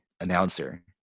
announcer